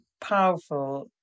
powerful